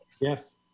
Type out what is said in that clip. yes